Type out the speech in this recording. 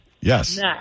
Yes